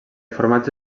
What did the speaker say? formatge